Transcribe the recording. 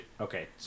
okay